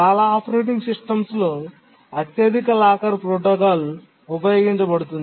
చాలా ఆపరేటింగ్ సిస్టమ్స్లో అత్యధిక లాకర్ ప్రోటోకాల్ ఉపయోగించబడుతుంది